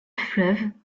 fleuves